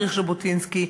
העריך ז'בוטינסקי,